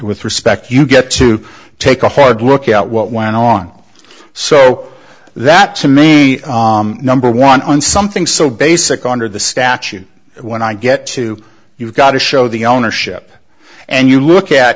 with respect you get to take a hard look at what went on so that to me number one on something so basic onder the statute when i get to you've got to show the ownership and you look at